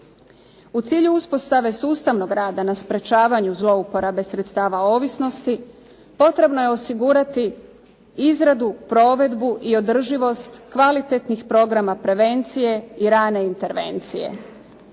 U cilju uspostave sustavnog rada na sprečavanju zlouporabe sredstava ovisnosti potrebno je osigurati izradu, provedbu i održivost kvalitetnih programa prevencije i rane intervencije.